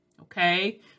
Okay